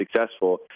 successful